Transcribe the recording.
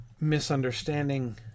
misunderstanding